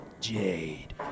Jade